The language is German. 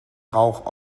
rauch